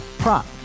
prop